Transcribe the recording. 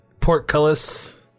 portcullis